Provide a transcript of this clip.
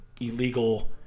illegal